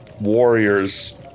warriors